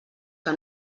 que